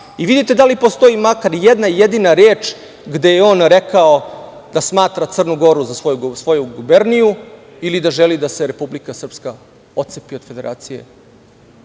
i vidite da li postoji makar jedna, jedina reč gde je on rekao da smatra Crnu Goru za svoju guberniju ili da želi da se Republika Srpska otcepi od Federacije